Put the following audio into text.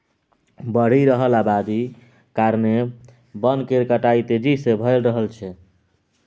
बढ़ि रहल अबादी कारणेँ बन केर कटाई तेजी से भए रहल छै